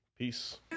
Peace